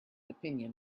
opinion